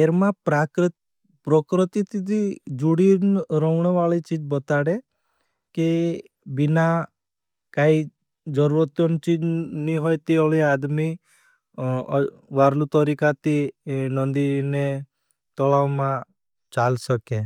एर मां प्राकरत, प्रकरतिति जुड़ी रहना वाली चीज़ बताडे। के बिना काई जरूरत चीज़ नहीं होई, ते वोले आदमी वारलु तोरीकाती, नन्दी ने तलाव मां चाल सके.